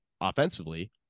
offensively